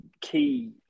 key